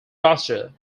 buster